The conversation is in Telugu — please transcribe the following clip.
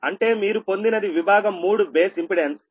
అంటే మీరు పొందినది విభాగం 3 బేస్ ఇంపెడెన్స్ అది ZB3 4